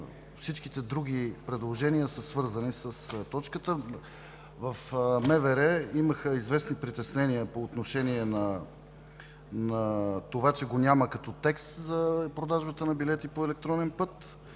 всичките други предложения са свързани с точката. В МВР имаха известни притеснения по отношение на това, че го няма като текст за продажбата на билети по електронен път,